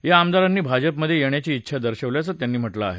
या आमदारांनी भाजपमध्येयेण्याची उंछा दर्शवल्याचं त्यांनी म्हटलं आहे